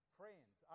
friends